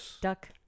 duck